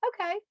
Okay